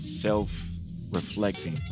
self-reflecting